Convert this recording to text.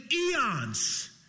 eons